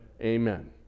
Amen